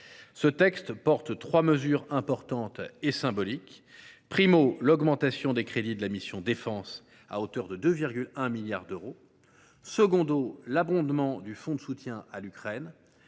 Ce texte porte trois mesures importantes et symboliques : l’augmentation des crédits de la mission « Défense », à hauteur de 2,1 milliards d’euros ; l’abondement du fonds de soutien à l’Ukraine